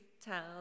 tell